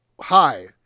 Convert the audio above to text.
Hi